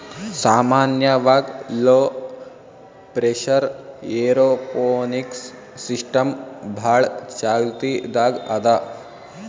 ಸಾಮಾನ್ಯವಾಗ್ low pressure aeroponics system ಭಾಳ್ ಚಾಲ್ತಿದಾಗ್ ಅದಾ